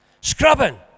Scrubbing